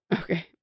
Okay